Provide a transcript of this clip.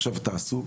עכשיו אתה עסוק,